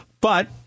But-